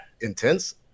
intense